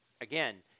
again